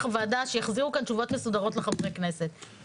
הוועדה שיחזירו כאן תשובות מסודרות לחברי הכנסת.